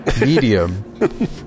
medium